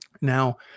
now